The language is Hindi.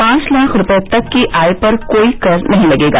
पांच लाख रुपये तक की आय पर कोई कर नहीं लगेगा